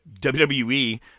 WWE